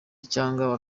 cyangwa